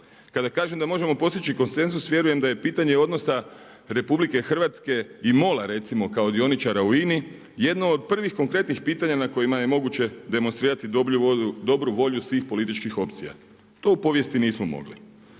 Kada kažem da možemo postići konsenzus vjerujem da je pitanje odnosa RH i MOL-a recimo kao dioničara u INA-i, jedno od prvih konkretnih pitanja na kojima je moguće demonstrirati dobru volju svih političkih opcija. To u povijesti nismo mogli.